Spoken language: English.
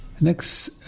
Next